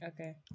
Okay